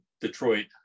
Detroit